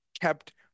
kept